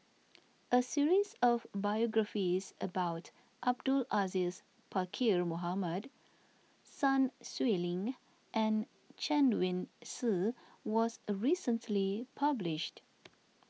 a series of biographies about Abdul Aziz Pakkeer Mohamed Sun Xueling and Chen Wen Hsi was recently published